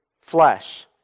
flesh